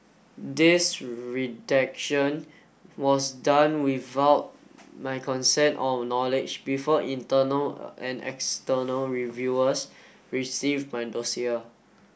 this redaction was done without my consent or knowledge before internal and external reviewers received my dossier